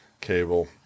Cable